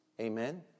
Amen